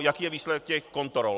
Jaký je výsledek těch kontrol?